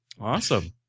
Awesome